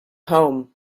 home